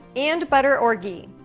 and butter or ghee.